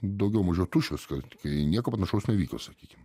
daugiau mažiau tuščias kad kai nieko panašaus nevyko sakykim